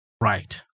Right